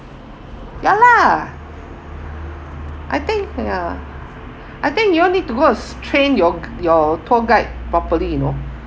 ya lah I think ya I think you want me to go and train your your tour guide properly you know